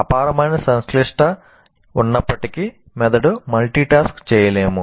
అపారమైన సంక్లిష్టత ఉన్నప్పటికీ మెదడు మల్టీ టాస్క్ చేయలేము